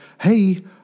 hey